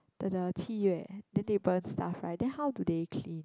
the the 七月 then they burn stuff right then how do they clean